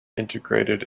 integrated